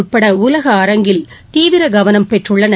உட்பட உலக அரங்கில் தீவிர கவனம் பெற்றுள்ளன